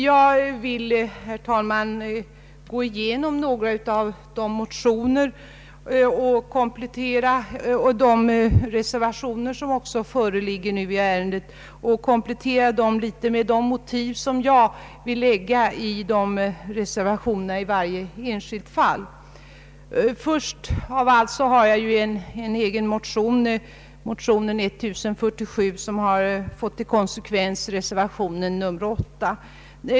Jag vill, herr talman, gå igenom några av de motioner och reservationer som föreligger i ärendet och anföra mina motiv för anslutning till några av reservationerna. Först av allt har jag en egen motion, nr 1047, som har fått till konsekvens reservationen nr 8.